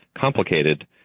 complicated